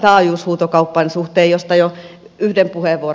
taajuushuutokaupan suhteen josta jo yhden puheenvuoron käytin